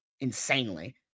insanely